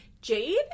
Jade